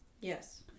Yes